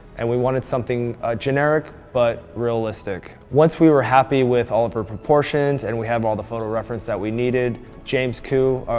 and we wanted something generic but realistic. once we were happy with all of her proportions and we have all the photo reference that we needed james ku,